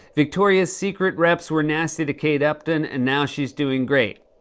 victoria's secret reps were nasty to kate upton, and now she's doing great.